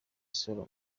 sura